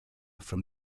from